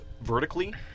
vertically